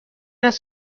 است